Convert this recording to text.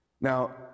Now